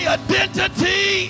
identity